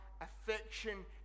affection